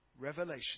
Revelation